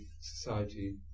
society